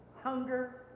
Hunger